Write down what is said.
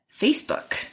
Facebook